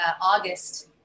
August